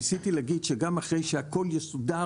ניסיתי להגיד שגם אחרי שהכול יסודר,